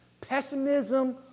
Pessimism